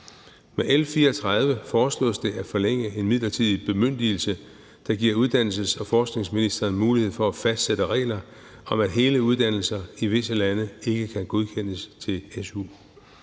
Med L 34 foreslås det at forlænge en midlertidig bemyndigelse, der giver uddannelses- og forskningsministeren mulighed for at fastsætte regler om, at hele uddannelser i visse lande ikke kan godkendes til su.